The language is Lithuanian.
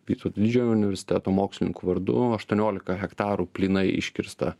vytauto didžiojo universiteto mokslininkų vardu aštuoniolika hektarų plynai iškirsta